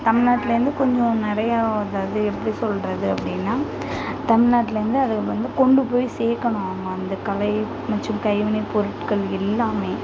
தமிழ்நாட்லே இருந்து கொஞ்சம் நிறைய அதாவது எப்படி சொல்கிறது அப்படின்னா தமிழ்நாட்லேருந்து அதை வந்து கொண்டு போய் சேர்க்கணும் அவங்க வந்து கலை மற்றும் கைவினை பொருட்கள் எல்லாமே